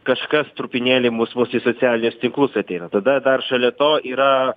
kažkas trupinėliai mus vos į socialinius tinklus ateina tada dar šalia to yra